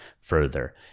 further